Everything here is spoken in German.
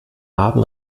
haben